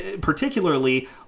particularly